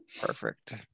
Perfect